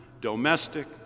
domestic